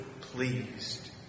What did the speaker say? pleased